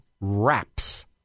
wraps